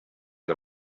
you